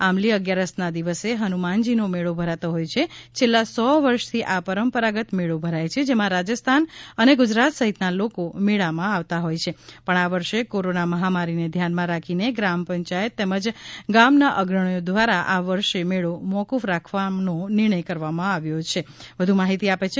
આંબલી અગિયારસના દિવસે હનુમાનજીનો મેળો ભરાતો હોય છે છેલ્લા સો વર્ષથી આ પરંપરાગત મેળો ભરાય છે જેમાં રાજસ્થાન ગુજરાત સહિતના લોકો મેળામાં આવતા હોય છે પણ આ વર્ષે કોરોના વાયરસની મહામારીને ધ્યાનમાં રાખીને ગ્રામ પંચાયત તેમજ ગામના અગ્રણીઓ દ્વારા આ વર્ષે મેળો મોફફ રાખવા માટેનો નિર્ણય કરવામાં આવ્યો છે